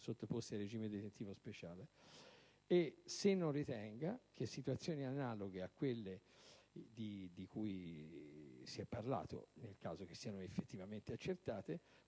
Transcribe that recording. sottoposti al regime detentivo speciale; se non ritenga che situazioni analoghe a quelle di cui in premessa - ove effettivamente accertate